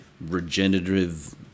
regenerative